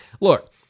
Look